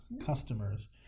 customers